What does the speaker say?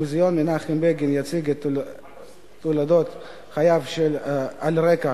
מוזיאון מנחם בגין יציג את תולדות חייו על רקע